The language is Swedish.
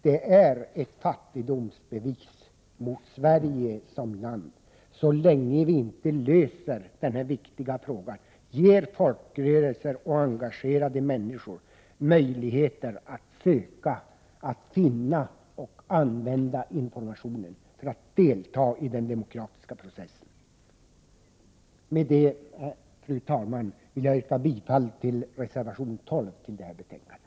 Det är ett fattigdomsbevis mot Sverige som land så länge denna viktiga fråga inte är löst och ger folkrörelser och engagerade människor möjligheter att söka, att finna och att använda informationen för att kunna delta i den demokratiska processen. Med det anförda, fru talman, vill jag yrka bifall till reservation 12 som är fogad till detta betänkande.